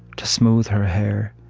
to smooth her hair,